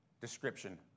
description